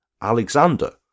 Alexander